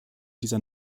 dieser